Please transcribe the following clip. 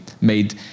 made